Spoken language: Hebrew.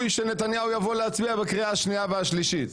שנתניהו יבוא להצביע בקריאה השנייה והשלישית.